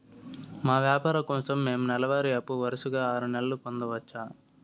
మా వ్యాపారం కోసం మేము నెల వారి అప్పు వరుసగా ఆరు నెలలు పొందొచ్చా?